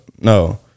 No